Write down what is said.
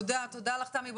תודה לך, תמי.